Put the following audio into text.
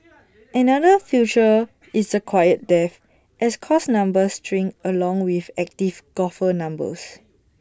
another future is A quiet death as course numbers shrink along with active golfer numbers